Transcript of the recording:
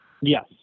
Yes